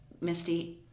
misty